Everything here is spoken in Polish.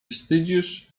wstydzisz